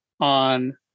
on